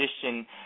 condition